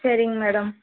சரிங்க மேடம்